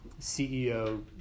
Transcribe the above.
CEO